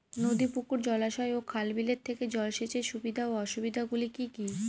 নদী পুকুর জলাশয় ও খাল বিলের থেকে জল সেচের সুবিধা ও অসুবিধা গুলি কি কি?